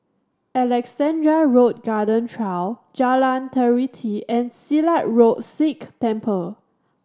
Alexandra Road Garden Trail Jalan Teliti and Silat Road Sikh Temple